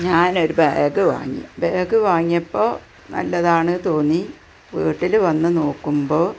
ഞാനൊരു ബാഗ് വാങ്ങി ബാഗ് വാങ്ങിയിപ്പോൾ നല്ലതാണ് തോന്നി വീട്ടിൽ വന്നു നോക്കുമ്പോൾ